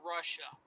Russia